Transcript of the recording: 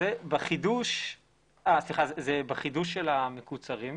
בחידוש של המקוצרים.